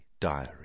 diary